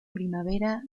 primavera